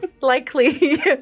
likely